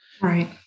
right